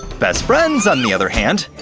best friends on the other hand,